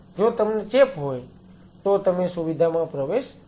જો તમને ચેપ હોય તો તમે સુવિધામાં પ્રવેશ ન કરો